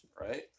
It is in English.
right